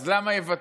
אז למה יבטלו?